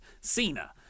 Cena